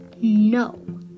No